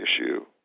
issue